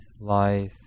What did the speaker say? life